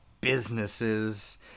Businesses